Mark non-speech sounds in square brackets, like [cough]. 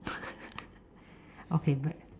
[laughs] okay back